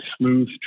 smooth